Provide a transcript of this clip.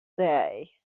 day